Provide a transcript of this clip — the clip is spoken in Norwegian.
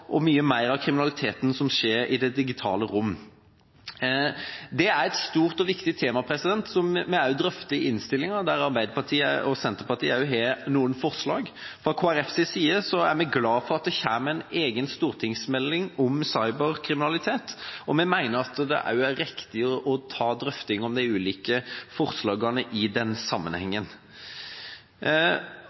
hvor mye mer av kriminaliteten som skjer i det digitale rom. Det er et stort og viktig tema som vi også drøfter i innstillinga, der Arbeiderpartiet og Senterpartiet også har noen forslag. Fra Kristelig Folkepartis side er vi glad for at det kommer en egen stortingsmelding om cyberkriminalitet, og vi mener det er riktig å drøfte de ulike forslagene i den sammenhengen.